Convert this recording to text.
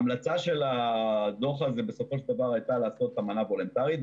ההמלצה של הדוח הזה בסופו של דבר הייתה לעשות אמנה וולנטרית.